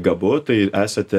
gabu tai esate